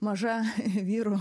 maža vyrų